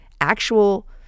actual